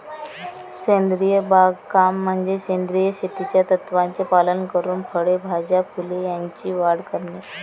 सेंद्रिय बागकाम म्हणजे सेंद्रिय शेतीच्या तत्त्वांचे पालन करून फळे, भाज्या, फुले यांची वाढ करणे